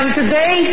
today